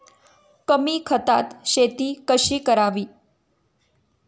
कमी खतात शेती कशी करावी?